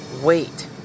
wait